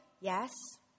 yes